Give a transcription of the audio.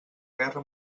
guerra